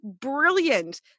brilliant